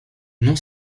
non